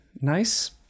Nice